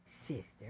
sister